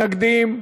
המקומיות (בחירת ראש הרשות וסגניו וכהונתם)